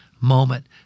moment